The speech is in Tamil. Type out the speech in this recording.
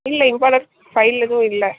இல்லை இன்பார்டண்ட் ஃபைல் எதுவும் இல்லை